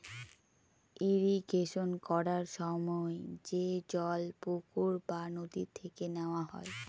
irrigation করার সময় যে জল পুকুর বা নদী থেকে নেওয়া হয়